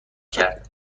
کرد